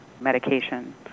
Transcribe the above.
medication